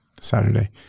Saturday